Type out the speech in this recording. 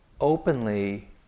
openly